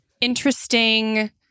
interesting